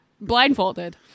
Blindfolded